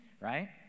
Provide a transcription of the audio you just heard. right